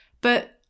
But-